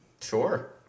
Sure